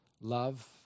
love